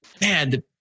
man